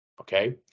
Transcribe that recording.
Okay